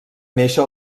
néixer